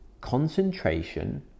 concentration